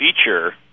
feature